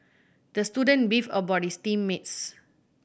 the student beefed about his team mates